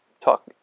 talk